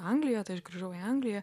anglijoje tai aš grįžau į angliją